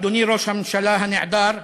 אדוני ראש הממשלה הנעדר,